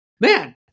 man